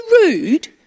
rude